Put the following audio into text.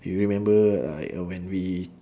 you remember like uh when we